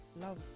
love